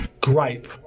gripe